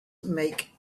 make